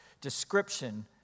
description